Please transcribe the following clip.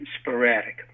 sporadic